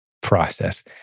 process